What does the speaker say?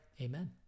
amen